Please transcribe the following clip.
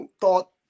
thought